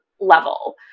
level